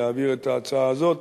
להעביר את ההצעה הזאת,